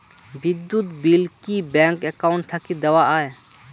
বিদ্যুৎ বিল কি bank account থাকি দেওয়া য়ায়?